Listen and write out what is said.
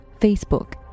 Facebook